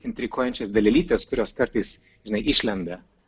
intriguojančias dalelytes kurios kartais žinai išlenda